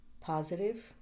positive